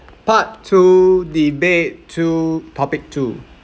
part two debate two topic two